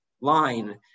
line